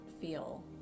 feel